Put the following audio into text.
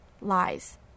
lies